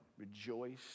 rejoice